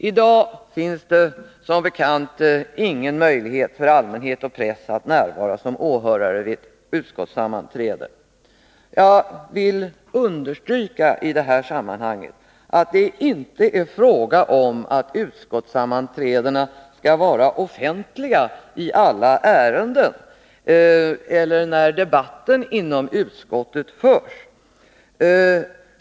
I dag finns det som bekant ingen möjlighet för allmänhet och press att närvara som åhörare vid utskottssammanträdena. Jag vill i sammanhanget understryka att det inte är fråga om att utskottssammanträdena skall vara offentliga i alla ärenden eller när debatten inom utskotten förs.